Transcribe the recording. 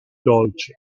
dolce